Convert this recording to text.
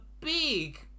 big